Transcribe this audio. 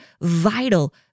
vital